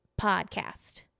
podcast